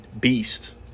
Beast